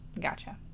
Gotcha